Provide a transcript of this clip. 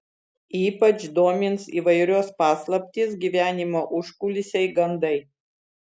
ypač domins įvairios paslaptys gyvenimo užkulisiai gandai